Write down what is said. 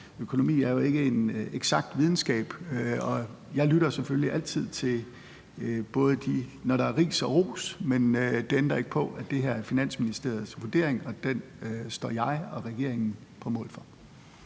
økonomi er jo ikke en eksakt videnskab – og jeg lytter selvfølgelig altid, både når der er ris, og når der er ros. Men det ændrer ikke på, at det her er Finansministeriets vurdering, og den står jeg og regeringen på mål for.